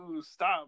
stop